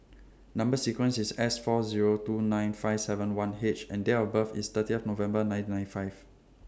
Number sequence IS S four Zero two nine five seven one H and Date of birth IS thirty of November nineteen ninety five